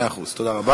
מאה אחוז, תודה רבה.